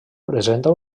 presenta